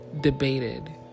debated